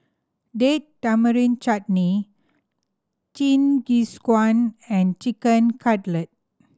Date Tamarind Chutney Jingisukan and Chicken Cutlet